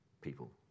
people